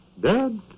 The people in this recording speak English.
Dead